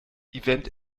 event